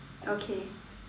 okay